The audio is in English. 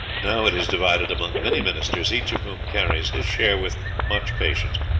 now it is divided among many ministers, each of whom carries his share with much patience,